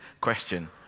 question